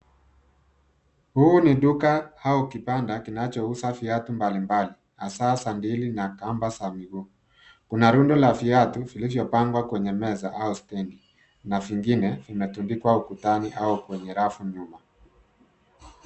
Huu ni duka au kibanda kinachouza viatu mbalimbali, hasaa sandili na kamba za miguu. Kuna rundo la viatu vilivyopangwa kwenye meza au stendi, na vingine vimetundikwa ukutani au kwenye rafu nyuma.